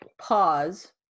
pause